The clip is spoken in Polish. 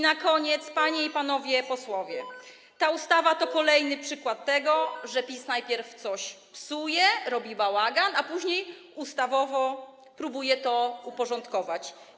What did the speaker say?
Na koniec, panie i panowie posłowie, powiem, że ta ustawa to kolejny przykład tego, że PiS najpierw coś psuje, robi bałagan, a później ustawowo próbuje to uporządkować.